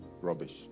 rubbish